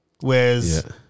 Whereas